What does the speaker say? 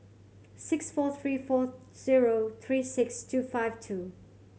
six four three four zero three six two five two